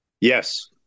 Yes